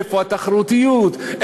איפה התחרותיות?